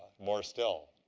more still.